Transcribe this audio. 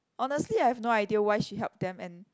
honestly I have no idea why she help them and